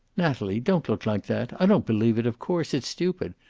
natalie! don't look like that! i don't believe it, of course. it's stupid.